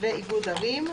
ואיגוד ערים,